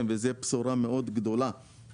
בוא נבהיר את התמונה קצת, בעניין הזה.